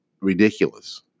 ridiculous